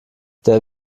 der